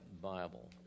Bible